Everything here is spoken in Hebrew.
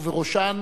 ובראשן